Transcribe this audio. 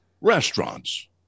restaurants